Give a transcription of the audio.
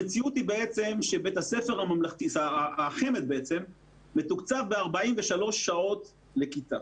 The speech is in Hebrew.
המציאות היא שהחמ"ד מתוקצב ב-43 שעות לכיתה